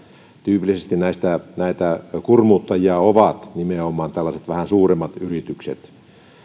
tyypillisesti näitä kurmuuttajia ovat nimenomaan tällaiset vähän suuremmat yritykset